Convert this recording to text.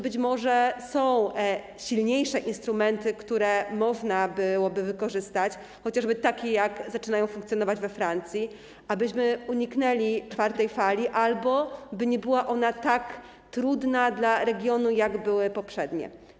Być może są silniejsze instrumenty, które można byłoby wykorzystać - chociażby takie jak te, jakie zaczynają funkcjonować we Francji - aby uniknąć czwartej fali albo by nie była ona tak trudna dla regionu jak poprzednie.